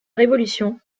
révolution